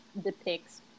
depicts